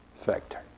factor